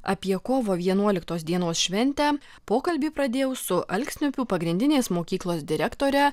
apie kovo vienuoliktos dienos šventę pokalbį pradėjau su alksniupių pagrindinės mokyklos direktore